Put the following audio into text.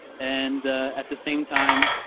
and at the same time,